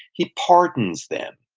he pardons them.